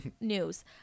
News